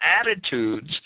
attitudes